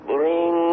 Bring